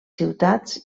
ciutats